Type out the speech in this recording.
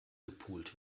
gepult